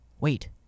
Wait